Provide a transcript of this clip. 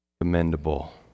commendable